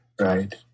right